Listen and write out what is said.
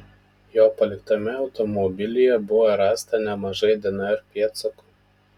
jo paliktame automobilyje buvo rasta nemažai dnr pėdsakų